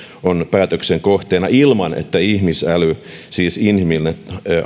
on päätöksen kohteena ilman että ihmisäly siis inhimillinen